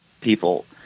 people